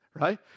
right